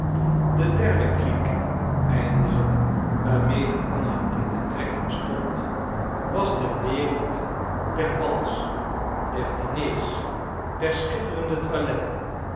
de derde clique eindelijk waarmede anna in betrekking stond was de wereld der bals der diners der schitterende toiletten